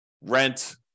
rent